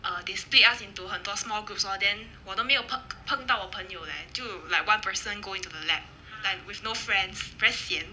uh they split us into 很多 small groups lor then 我都没有碰碰到我的朋友 leh 就 like one person go into the lab like with no friends very sian